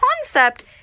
concept